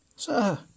Sir